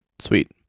Sweet